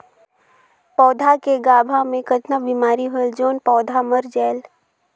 पौधा के गाभा मै कतना बिमारी होयल जोन पौधा मर जायेल?